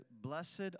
Blessed